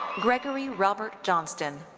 gregory robert johnston.